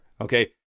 okay